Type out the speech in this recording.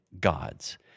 gods